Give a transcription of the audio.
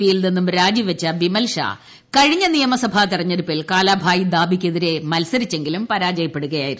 പിയിൽ നിന്നും രാജിവെച്ച ബിമൽഷാ കഴിഞ്ഞ നിയമസഭാ തെരഞ്ഞെടുപ്പിൽ കാലാഭായ് ദാബിക്ക് എതിരെ മത്സരിച്ചെങ്കിലും പരാജയപ്പെടുകയായിരുന്നു